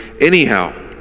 anyhow